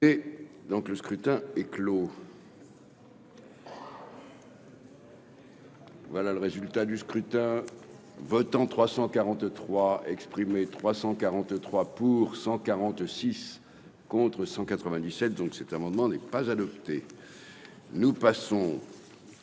Et donc, le scrutin est clos. Voilà le résultat du scrutin votants 343 exprimés 343 pour 146 contre 197 donc, cet amendement. Pas adopté, nous passons.